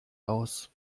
aus